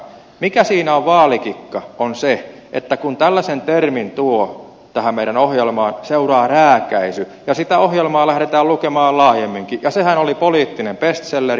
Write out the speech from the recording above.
mikä siinä on vaalikikka on se että kun tällaisen termin tuo tähän meidän ohjelmaamme seuraa rääkäisy ja sitä ohjelmaa lähdetään lukemaan laajemminkin ja sehän oli poliittinen bestselleri